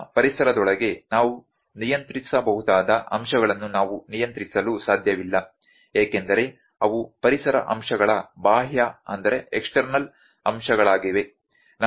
ನಮ್ಮ ಪರಿಸರದೊಳಗೆ ನಾವು ನಿಯಂತ್ರಿಸಬಹುದಾದ ಅಂಶಗಳನ್ನು ನಾವು ನಿಯಂತ್ರಿಸಲು ಸಾಧ್ಯವಿಲ್ಲ ಏಕೆಂದರೆ ಅವು ಪರಿಸರ ಅಂಶಗಳ ಬಾಹ್ಯ ಅಂಶಗಳಾಗಿವೆ